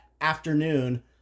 afternoon